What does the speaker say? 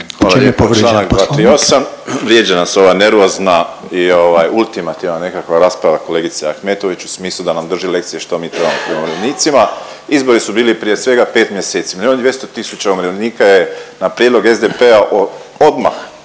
Hvala lijepo, čl. 238., vrijeđa nas ova nervozna i ovaj ultimativna nekakva rasprava kolegice Ahmetović u smislu da nam drži lekcije što mi trebamo prema umirovljenicima. Izbori su bili prije svega 5 mjeseci …/Govornik se ne razumije./… 200 tisuća umirovljenika je na prijedlog SDP-a odmah